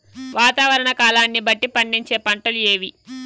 వాతావరణ కాలాన్ని బట్టి పండించే పంటలు ఏవి?